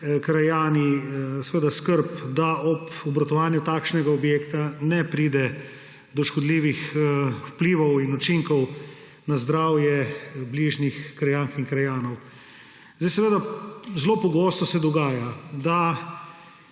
krajani skrb, da ob obratovanju takšnega objekta ne pride do škodljivih vplivov in učinkov na zdravje bližnjih krajank in krajanov. Zelo pogosto se dogaja, da